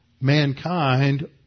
mankind